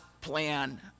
plan